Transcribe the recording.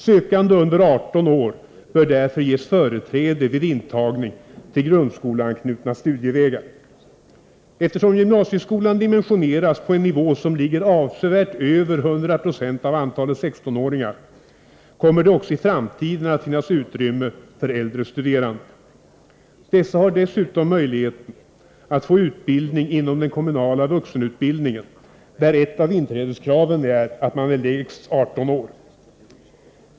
Sökande under 18 år bör därför ges företräde vid intagning till grundskoleanknutna studievägar. Eftersom gymnnasieskolan dimensioneras på en nivå som ligger avsevärt över 100 96 av antalet 16-åringar kommer det också i framtiden att finnas utrymme för äldre studerande. Dessa har dessutom möjlighet att få utbildning inom den kommunala vuxenutbildningen, där ett av inträdeskraven är att man lägst skall vara 18 år.